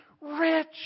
rich